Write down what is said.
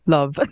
Love